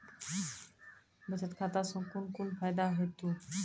बचत खाता सऽ कून कून फायदा हेतु?